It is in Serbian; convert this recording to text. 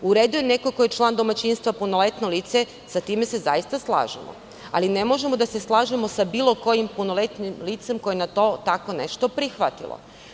U redu je, "neko ko je član domaćinstva, punoletno lice", sa time se zaista slažemo, ali ne možemo da se slažemo "sa bilo kojim punoletnim licem koje je tako nešto prihvatilo"